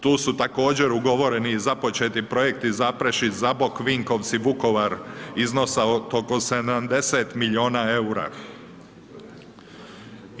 Tu su također ugovoreni i započeti projekti Zaprešić-Zabok, Vinkovci-Vukovar iznosa oko 70 milijuna EUR-a.